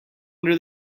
under